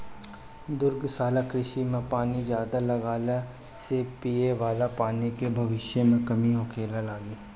दुग्धशाला कृषि में पानी ज्यादा लगला से पिये वाला पानी के भविष्य में कमी होखे लागि